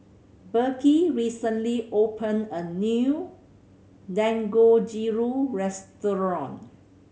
Beckie recently opened a new Dangojiru restaurant